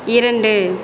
இரண்டு